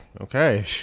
okay